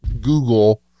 Google